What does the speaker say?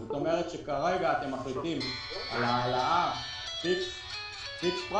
זאת אומרת שכרגע אתם מחליטים על העלאה מסוימת